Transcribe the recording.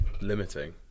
limiting